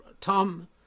Tom